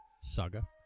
saga